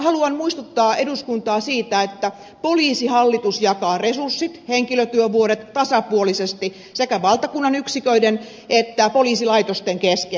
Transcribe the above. haluan muistuttaa eduskuntaa siitä että poliisihallitus jakaa resurssit henkilötyövuodet tasapuolisesti sekä valtakunnan yksiköiden että poliisilaitosten kesken